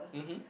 mmhmm